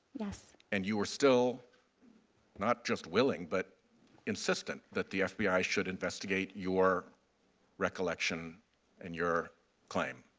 yes. and you are still not just willing, but insistent that the fbi should investigate your recollection and your claim.